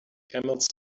camels